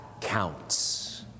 counts